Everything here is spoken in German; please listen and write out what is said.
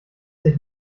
sich